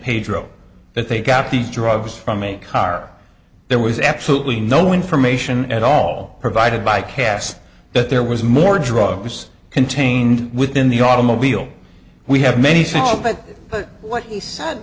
pedro that they got these drugs from a car there was absolutely no information at all provided by cass that there was more drug use contained within the automobile we have many small but but what he said